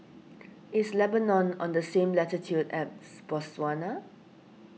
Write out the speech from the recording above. is Lebanon on the same latitude as Botswana